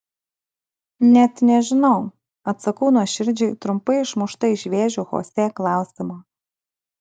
net nežinau atsakau nuoširdžiai trumpai išmušta iš vėžių chosė klausimo